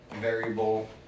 variable